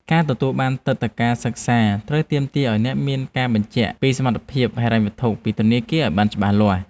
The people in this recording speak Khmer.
ការទទួលបានទិដ្ឋាការសិក្សាត្រូវទាមទារឱ្យអ្នកមានការបញ្ជាក់ពីសមត្ថភាពហិរញ្ញវត្ថុពីធនាគារឱ្យបានច្បាស់លាស់។